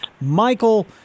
Michael